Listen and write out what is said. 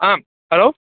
ஆ hello